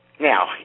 Now